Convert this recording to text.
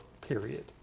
period